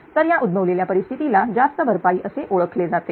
तर या उद्भवलेल्या परिस्थितीला जास्त भरपाई असे ओळखले जाते